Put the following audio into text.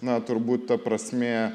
na turbūt ta prasmė